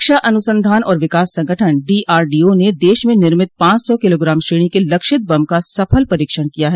रक्षा अनुसंधान और विकास संगठन डीआरडीओ ने देश में निर्मित पांच सौ किलोग्राम श्रेणी के लक्षित बम का सफल परीक्षण किया है